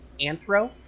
anthro